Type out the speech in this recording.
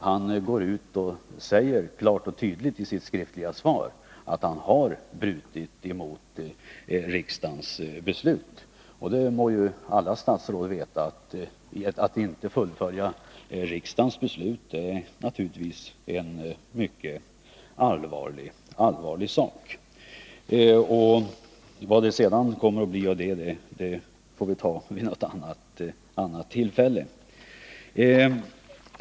Han går ut och säger klart och tydligt i sitt skriftliga svar att han har brutit mot riksdagens beslut. Alla statsråd måste ju veta att det är en allvarlig sak att inte följa riksdagens beslut. Vad som kommer att bli följden av detta får vi ta upp vid ett annat tillfälle.